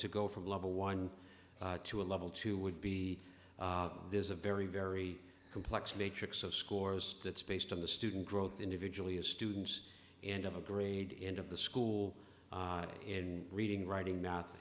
to go from level one to a level two would be there's a very very complex matrix of scores that's based on the student growth individually as students and of a grade in of the school in reading writing math